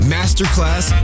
Masterclass